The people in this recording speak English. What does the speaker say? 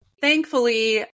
thankfully